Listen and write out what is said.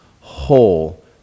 whole